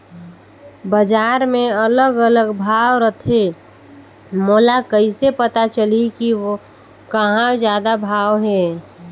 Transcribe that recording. बजार मे अलग अलग भाव रथे, मोला कइसे पता चलही कि कहां जादा भाव हे?